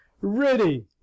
Ready